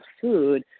food